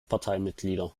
parteimitglieder